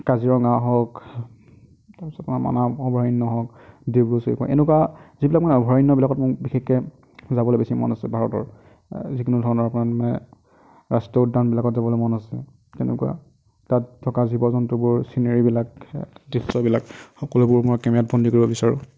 কাজিৰঙা হওক তাৰপিছত আমাৰ মানস অভয়াৰণ্য় হওক ডিব্ৰু চৈখোৱা এনেকুৱা যিবিলাক মানে অভয়াৰণ্য় বিলাকত মোৰ বিশেষকে যাবলৈ বেছি মন আছে ভাৰতৰ যিকোনো ধৰণৰ মানে ৰাষ্ট্ৰীয় উদ্য়ানবিলাকত যাবলৈ মন আছে তেনেকুৱা তাত থকা জীৱ জন্তুবোৰ চিনেৰীবিলাক সেই দৃশ্য়বিলাক সকলোবোৰ মই কেমেৰাত বন্দী কৰিব বিচাৰোঁ